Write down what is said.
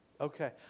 okay